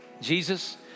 Jesus